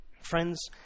Friends